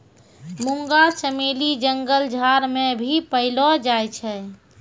मुंगा चमेली जंगल झाड़ मे भी पैलो जाय छै